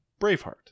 Braveheart